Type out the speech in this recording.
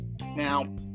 Now